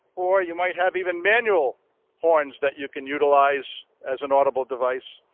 or you might have even manual horns that you can utilize as an audible device.